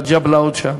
מהג'בלאות שם,